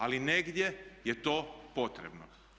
Ali negdje je to potrebno.